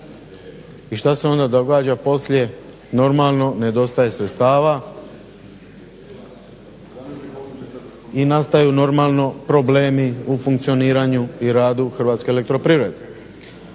i šta se onda događa poslije, normalno nedostaje sredstava i nastaju normalno problemi u funkcioniranju i radu HEP-a. Preuzimanje